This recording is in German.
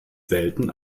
selten